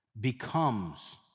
becomes